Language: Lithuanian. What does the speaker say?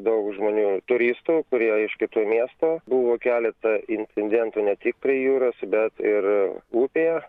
daug žmonių turistų kurie iš kitų miestų buvo keleta incidentų ne tik prie jūros bet ir upėje